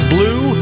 Blue